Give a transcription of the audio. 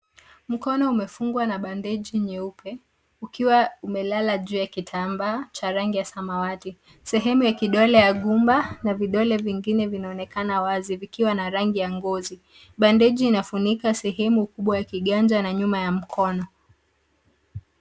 Mkono umefungwa na bandeji nyeupe ukiwa umelala juu ya kitambaa cha rangi ya samawati. Sehemu ya kidole ya gumba na vidole vingine vinaonekana wazi vikiwa na rangi ya ngozi. Bandeji inafunika sehemu kubwa ya kiganja na nyuma ya mkono.